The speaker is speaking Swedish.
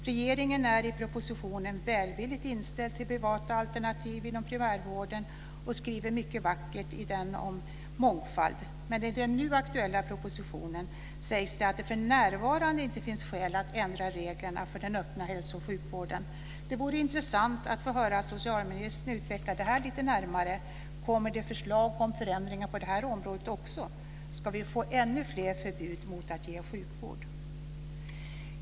Regeringen är i propositionen välvilligt inställd till privata alternativ inom primärvården och skriver mycket vackert om mångfald. Men i den nu aktuella propositionen sägs att det för närvarande inte finns skäl att ändra reglerna för den öppna hälso och sjukvården. Det vore intressant att få höra socialministern utveckla detta lite närmare. Kommer det förslag om förändringar på det området också? Ska vi få ännu fler förbud mot att ge sjukvård?